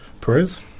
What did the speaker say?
Perez